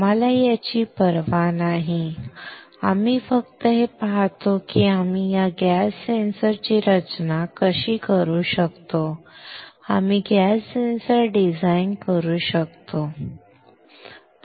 आम्हाला याची पर्वा नाही आम्ही फक्त हे पाहतो की आम्ही या गॅस सेन्सर ची रचना कशी करू शकतो आम्ही गॅस सेन्सर डिझाइन करू शकतो ठीक आहे